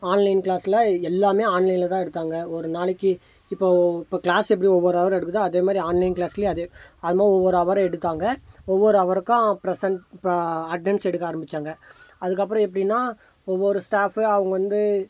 online கிளாஸில் எல்லாமே ஆன்லைனில் தான் எடுத்தாங்க ஒரு நாளைக்கு இப்போது இப்போ கிளாஸ் எப்படி ஒவ்வொரு அவர் நடக்குதோ அதே மாதிரி ஆன்லைன் கிளாஸ்லேயும் அதே அது மாதிரி ஒவ்வொரு அவர் எடுத்தாங்க ஒவ்வொரு அவருக்கும் ப்ரசென்ட் இப்போ அட்னன்ஸ் எடுக்க ஆரம்பித்தாங்க அதுக்கப்புறம் எப்படினா ஒவ்வொரு ஸ்டாஃப்பு அவங்க வந்து